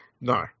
No